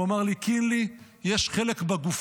והוא אמר לי: קינלי, יש חלק בגופה